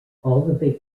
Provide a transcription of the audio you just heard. olivet